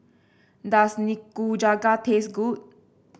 does Nikujaga taste good